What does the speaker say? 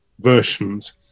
versions